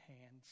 hands